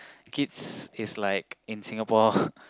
kids is like in Singapore